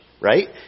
right